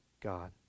God